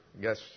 yes